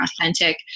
authentic